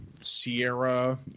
Sierra